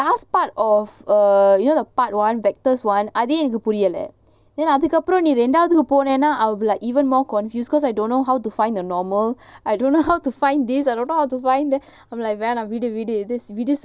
last part of uh you know the part one vectors one அதேஎனக்குபுரியல:adhe enaku puriala then அதுக்கப்புறம்நீரெண்டாவதுஇதுக்குபோனேனா:adhukapuram nee rendavathu idhuku ponena I will be like even more confused cause I don't know how to find the normal I don't know how to find this I don't know how to find that I'm like வேணாம்விடுவிடு:venam vidu vidu